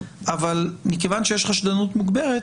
אבל מכיוון שיש חשדנות מוגברת,